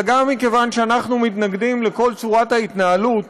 אלא גם כיוון שאנחנו מתנגדים לכל צורת ההתנהלות